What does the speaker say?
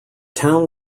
town